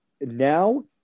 Now